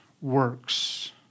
works